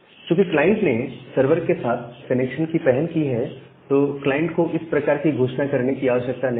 चूकि क्लाइंट ने सर्वर के साथ कनेक्शन की पहल की है तो क्लाइंट को इस प्रकार की घोषणा करने की आवश्यकता नहीं है